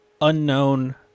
unknown